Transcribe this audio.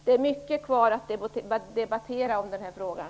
Det återstår alltså mycket att debattera om i den här frågan.